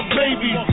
baby